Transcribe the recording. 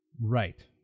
right